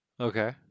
Okay